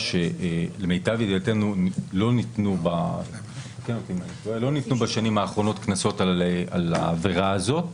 למיטב ידיעתנו לא ניתנו בשנים האחרונות קנסות על העבירה הזאת.